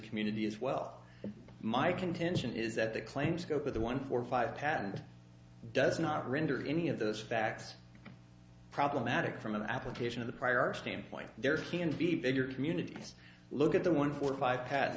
community as well my contention is that the claim scope of the one four or five patent does not render any of those facts problematic from an application of the prior standpoint there can be bigger communities look at the one for five p